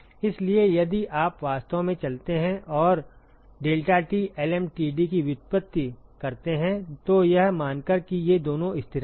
इसलिए यदि आप वास्तव में चलते हैं और deltaT lmtd की व्युत्पत्ति करते हैं तो यह मानकर कि ये दोनों स्थिरांक हैं